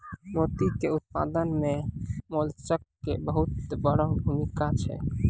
मोती के उपत्पादन मॅ मोलस्क के बहुत वड़ो भूमिका छै